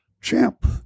champ